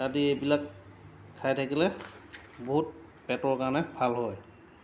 তাহাঁতে এইবিলাক খাই থাকিলে বহুত পেটৰ কাৰণে ভাল হয়